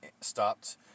stopped